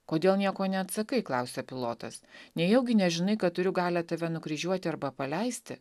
kodėl nieko neatsakai klausia pilotas nejaugi nežinai kad turiu galią tave nukryžiuoti arba paleisti